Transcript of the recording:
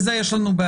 בזה יש לנו מחלוקת.